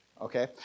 Okay